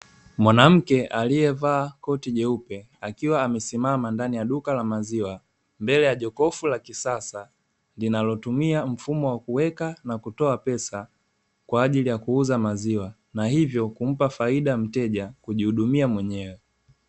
Mwanamke aliyevaa koti jeupe akiwa amesimama ndani ya duka la maziwa mbele ya jokofu la kisasa, linalotumia mfumo wa kuweka ama kutoa pesa kwa ajili ya kuuza maziwa na hivyo kumpa faida mteja kujihudumia mwenyewe.